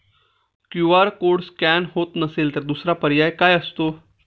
QR code scan होत नसेल तर दुसरा पर्याय काय असतो?